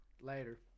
later